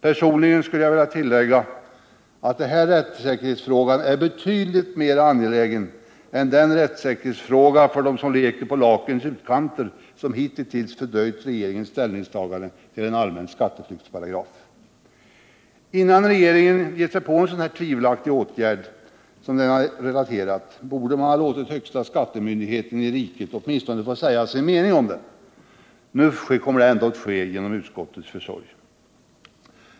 Personligen skulle jag vilja tillägga att den här rättssäkerhetsfrågan är betydligt mer angelägen än den rättssäkerhetsfråga för dem som leker i lagens utkanter som hittills fördröjt regeringens ställningstagande till en allmän skatteflyktsparagraf. Innan regeringen har givit sig på en sådan tvivelaktig åtgärd som den jag här relaterat, borde man ha låtit högsta skattemyndigheten i riket åtminstone få säga sin mening om åtgärden. Nu kommer det ändå att ske genom utskottets försorg.